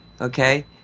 okay